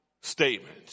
statement